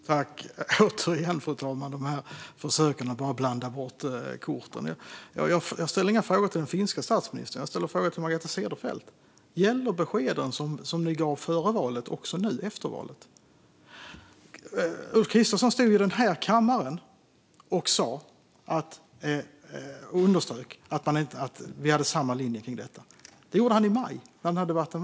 Fru talman! Återigen görs ett försök att blanda bort korten. Jag ställde inga frågor till den finländska statsministern. Jag ställde frågor till Margareta Cederfelt. Gäller beskeden som ni gav före valet även nu efter valet? Ulf Kristersson stod i den här kammaren under debatten i maj och underströk att vi hade samma linje i detta.